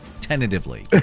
tentatively